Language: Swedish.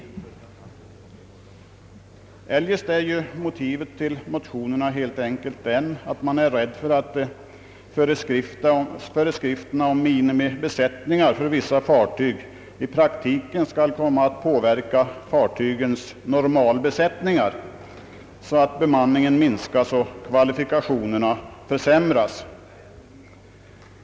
Eljest är motivet till motionerna helt enkelt att man är rädd för att föreskrifterna om minimibesättningar för vissa fartyg i praktiken skall komma att påverka fartygens normalbesättningar, så att bemanningen minskas och kvalifikationerna försämras.